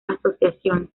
asociaciones